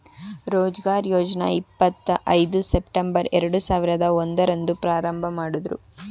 ರೋಜ್ಗಾರ್ ಯೋಜ್ನ ಇಪ್ಪತ್ ಐದು ಸೆಪ್ಟಂಬರ್ ಎರಡು ಸಾವಿರದ ಒಂದು ರಂದು ಪ್ರಾರಂಭಮಾಡುದ್ರು